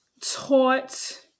taught